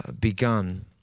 begun